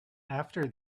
after